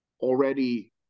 already